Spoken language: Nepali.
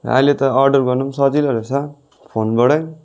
अहिले त अर्डर गर्नु पनि सजिलो रहेछ फोनबाटै